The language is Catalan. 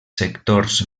sectors